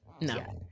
No